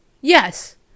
Yes